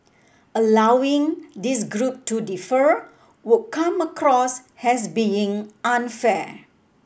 allowing this group to defer would come across as being unfair